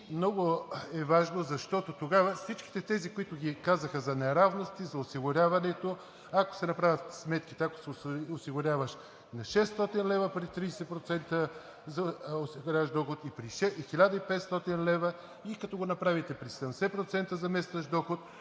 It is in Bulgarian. Много е важно, защото тогава всички тези, които ги казаха за неравности, за осигуряването, ако се направят сметките, ако се осигуряваш на 600 лв. при 30% за осигуряващ доход, и при 1500 лв. и като го направите при 70% заместващ доход,